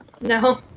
No